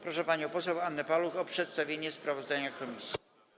Proszę panią poseł Annę Paluch o przedstawienie sprawozdania komisji.